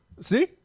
See